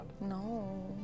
No